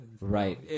right